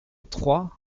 trois